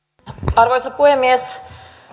arvoisa puhemies